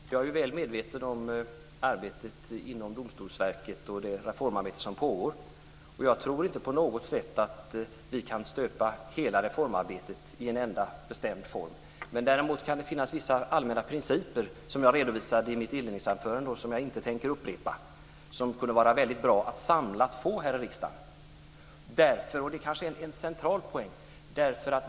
Fru talman! Jag är väl medveten om arbetet inom Domstolsverket och det reformarbete som pågår. Jag tror inte på något sätt att vi kan stöpa hela reformarbetet i en enda bestämd form. Däremot kan det finnas vissa allmänna principer - som jag redovisade i mitt inledningsanförande, och som jag inte tänker upprepa - som kunde vara väldigt bra att samlat få fastställda här i riksdagen. Det är kanske en central poäng.